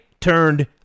turned